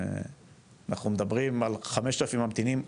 אנחנו מדברים על 5000 ממתינים רשומים.